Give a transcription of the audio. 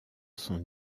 sont